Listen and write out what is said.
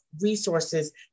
resources